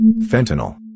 Fentanyl